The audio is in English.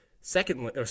Secondly